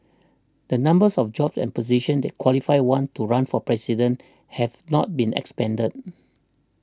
the numbers of jobs and positions that qualify one to run for President have not been expanded